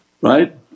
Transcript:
right